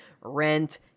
Rent